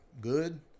good